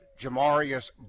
Jamarius